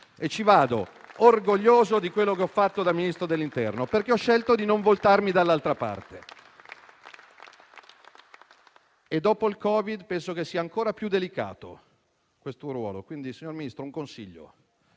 ci vado orgoglioso di quello che ho fatto da Ministro dell'interno, perché ho scelto di non voltarmi dall'altra parte. Dopo il Covid, penso che questo ruolo sia ancora più delicato, quindi, signor Ministro, le do un consiglio: